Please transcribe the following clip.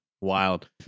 Wild